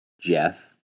Jeff